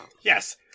Yes